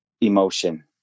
emotion